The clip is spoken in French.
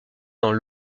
dans